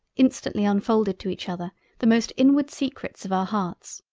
instantly unfolded to each other the most inward secrets of our hearts.